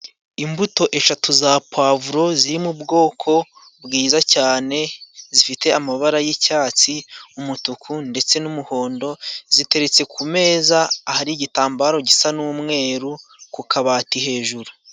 Imbuto eshatu za pavuro ziri mu bwoko bwiza cyane, zifite amabara y'icyatsi umutuku ndetse n'umuhondo. Ziteretse ku meza ahari igitambaro gisa n'umweru ku kabati hejuru.